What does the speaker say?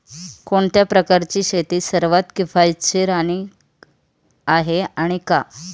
कोणत्या प्रकारची शेती सर्वात किफायतशीर आहे आणि का?